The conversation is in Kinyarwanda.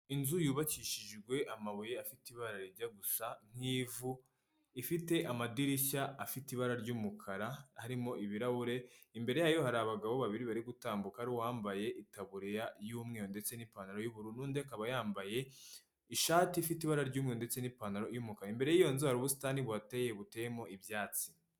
Inzu yubakishijwe amabuye afite ibara rijya gusa nk'ivu ifite amadirishya afite ibara ry'umukara arimo ibirahure imbere yayo hari abagabo babiri bari gutambuka uwambaye ikabureriya y'umweru ndetse n'ipantaro y'ubururundi akaba yambaye ishati ifite ibara ry'umu ndetse n'ipantaro'umukara imbere y'iyozura ubusitani buteye buteyemo ibyatsi.